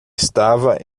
estava